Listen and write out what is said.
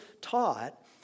taught